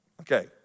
Okay